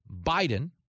Biden